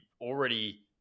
already